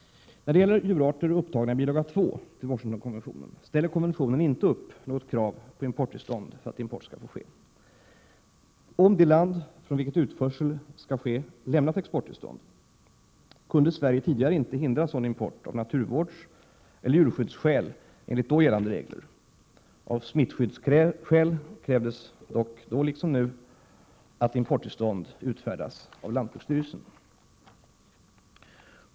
När det gäller djurarter upptagna i bilaga II till Washingtonkonventionen ställer konventionen inte upp något krav på importtillstånd för att import skall få ske. Om det land från vilket utförsel skall ske lämnat exporttillstånd kunde Sverige tidigare inte hindra sådan import av naturvårdseller djurskyddsskäl enligt då gällande regler. Av smittskyddsskäl krävs dock nu liksom tidigare att importtillstånd utfärdas av lantbruksstyrelsen.